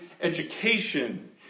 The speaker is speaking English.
education